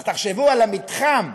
תחשבו על המתחם.